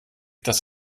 dass